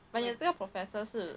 !aiya! 这个 professor 是